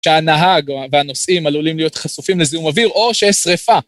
שהנהג והנוסעים עלולים להיות חשופים לזיהום אוויר, או שיש שריפה.